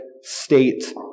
state